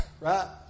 right